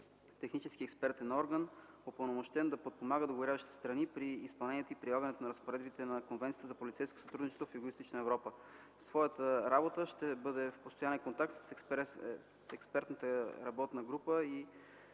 технически експертен орган, упълномощен да подпомага договарящите се страни при изпълнението и прилагането на разпоредбите на Конвенцията за полицейско сътрудничество в Югоизточна Европа. В своята работа ще бъде в постоянен контакт с експертната работна група и